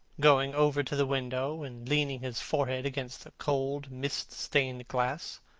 going over to the window and leaning his forehead against the cold, mist-stained glass.